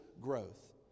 growth